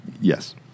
Yes